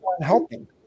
helping